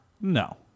No